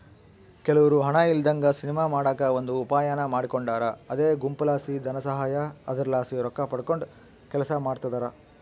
ಕೆಲವ್ರು ಹಣ ಇಲ್ಲದಂಗ ಸಿನಿಮಾ ಮಾಡಕ ಒಂದು ಉಪಾಯಾನ ಮಾಡಿಕೊಂಡಾರ ಅದೇ ಗುಂಪುಲಾಸಿ ಧನಸಹಾಯ, ಅದರಲಾಸಿ ರೊಕ್ಕಪಡಕಂಡು ಕೆಲಸ ಮಾಡ್ತದರ